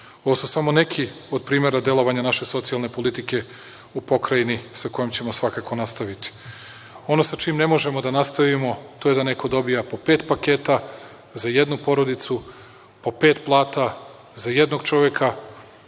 Ovo su samo neki od primera delovanja naše socijalne politike u Pokrajini, sa kojom ćemo svakako nastaviti. Ono sa čime ne možemo da nastavimo, to je da neko dobija po pet paketa za jednu porodicu, po pet plata za jednog čoveka,